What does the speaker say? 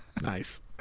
Nice